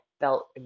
felt